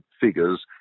figures